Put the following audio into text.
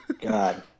God